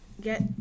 get